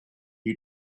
you